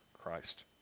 Christ